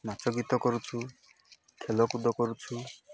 ନାଚ ଗୀତ କରୁଛୁ ଖେଳକୁଦ କରୁଛୁ